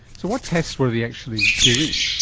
so what tests were they actually doing?